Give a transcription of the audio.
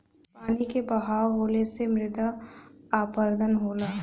पानी क बहाव होले से मृदा अपरदन होला